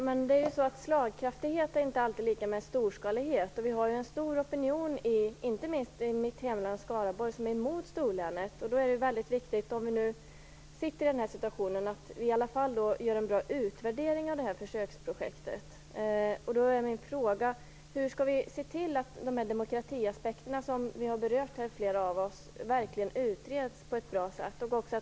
Fru talman! Slagkraftighet är inte alltid lika med storskalighet. Det finns en stor opinion, inte minst i mitt hemlän Skaraborg, som är emot bildandet av ett storlän. Då är det viktigt - när vi nu befinner oss i den här situationen - att det görs en bra utvärdering av försöksprojektet. Min fråga är då: Hur skall man se till att demokratiaspekterna, som flera av oss här har berört, verkligen utreds på ett bra sätt?